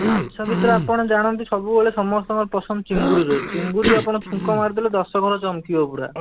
ମାଛ ଭିତରେ ଆପଣ ଜାଣନ୍ତି ସବୁବେଳେ ସମସ୍ତଙ୍କ ପସନ୍ଦ ଚିଙ୍ଗୁଡ଼ି ରହିଛି ଚିଙ୍ଗୁଡ଼ି ଆପଣ ଛୁଙ୍କ ମାରିଦେଲେ ଦଶ ଘର ଚମକିବ ପୁରା